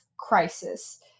crisis